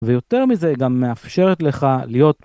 ויותר מזה, גם מאפשרת לך להיות...